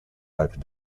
opened